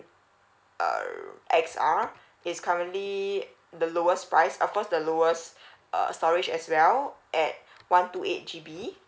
err X_R is currently the lowest price off course the lowest err storage as well at one two eight G_B